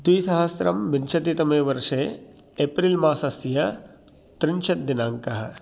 द्विसहस्रं विंशतितमेवर्षे एप्रिल्मासस्य त्रिंशत् दिनाङ्कः